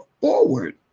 forward